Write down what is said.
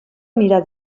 anirà